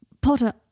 Potter